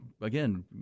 again